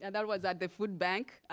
and that was at the food bank